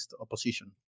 opposition